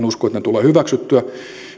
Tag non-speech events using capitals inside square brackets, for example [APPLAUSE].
[UNINTELLIGIBLE] usko että ne tulevat hyväksyttyä